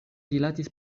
rilatis